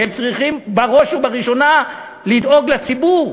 שהם צריכים בראש ובראשונה לדאוג לציבור.